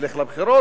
מבלי